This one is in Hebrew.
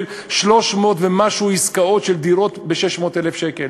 300 ומשהו עסקאות של דירות ב-600,000 שקל,